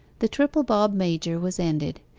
the triple-bob-major was ended,